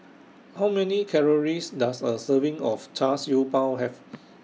How Many Calories Does A Serving of Char Siew Bao Have